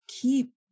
keep